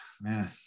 man